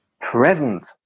present